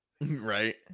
Right